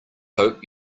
hope